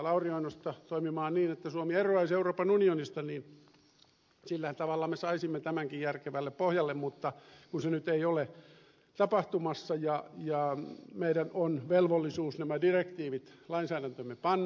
lauri oinosta toimimaan niin että suomi eroaisi euroopan unionista niin sillä tavalla me saisimme tämänkin järkevälle pohjalle mutta se nyt ei ole tapahtumassa ja meillä on velvollisuus nämä direktiivit lainsäädäntöömme panna